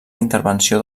intervenció